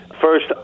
First